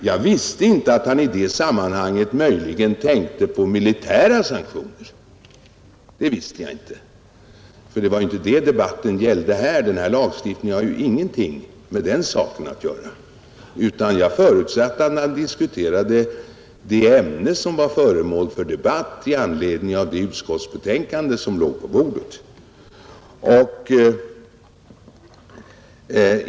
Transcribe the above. Jag visste inte att han i det sammanhanget möjligen tänkte på militära sanktioner. Det visste jag inte, för det var inte det debatten gällde och den här lagstiftningen har ingenting med den saken att göra. Jag förutsatte i stället att han diskuterade det ämne som skulle vara föremål för debatt i anledning av det utskottsbetänkande som ligger på bordet.